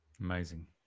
Amazing